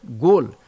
goal